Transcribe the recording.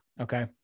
okay